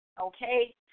okay